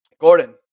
Gordon